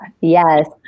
yes